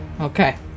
Okay